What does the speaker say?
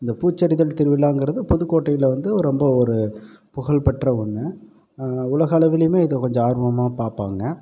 அந்த பூச்செரிதல் திருவிழாங்கிறது புதுக்கோட்டையில் வந்து ரொம்ப ஒரு புகழ் பெற்ற ஒன்று உலகளவிலுமே இதை கொஞ்சம் ஆர்வமாக பார்ப்பாங்க